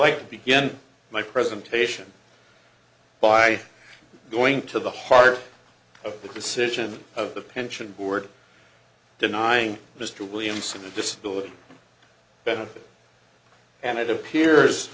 like to begin my presentation by going to the heart of the decision of the pension board denying mr williamson the disability benefit and it appears